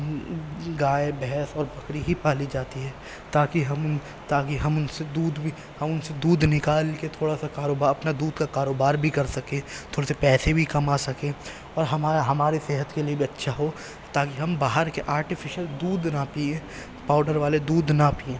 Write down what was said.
گائے بھینس اور بکری ہی پالی جاتی ہے تاکہ ہم ان تاکہ ہم ان سے دودھ بھی ہم ان سے دودھ نکال کے تھوڑا سا اپنا دودھ کا کاروبار بھی کر سکیں تھوڑے سے پیسے بھی کما سکیں اور ہمارا ہمارے صحت کے لیے بھی اچھا ہو تاکہ ہم باہر كے آرٹیفیشیل دودھ نہ پییں پاؤڈر والے دودھ نہ پییں